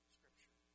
Scripture